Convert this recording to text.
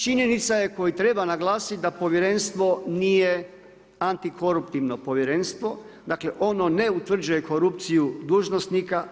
Činjenica je koju treba naglasiti da povjerenstvo nije antikoruptivno povjerenstvo, dakle ono ne utvrđuje korupciju dužnosnika.